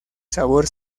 sabor